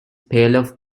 pale